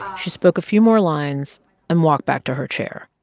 she spoke a few more lines and walked back to her chair.